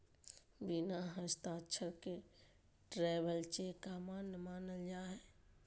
बिना हस्ताक्षर के ट्रैवलर चेक अमान्य मानल जा हय